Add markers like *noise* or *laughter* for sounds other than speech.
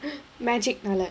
*laughs* magic uh like